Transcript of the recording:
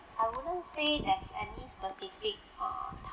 I wouldn't say there's any specific err